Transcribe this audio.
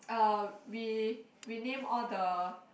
uh we we name all the